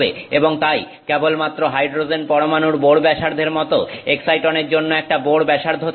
এবং তাই কেবলমাত্র হাইড্রোজেন পরমাণুর বোর ব্যাসার্ধের মত এক্সাইটনের জন্য একটা বোর ব্যাসার্ধ থাকবে